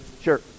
Sure